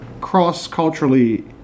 cross-culturally